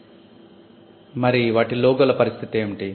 విద్యార్ధి మరి లోగోల పరిస్థితి ఏమిటి